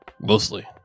mostly